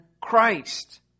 Christ